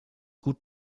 gut